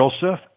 joseph